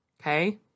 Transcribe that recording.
Okay